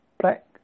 black